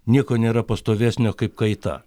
nieko nėra pastovesnio kaip kaita